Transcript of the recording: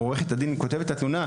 או עורכת הדין כותבת את התלונה,